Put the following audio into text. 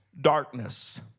darkness